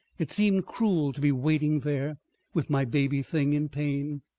it seemed cruel to be waiting there with my baby thing in pain.